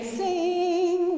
sing